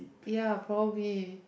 ya probably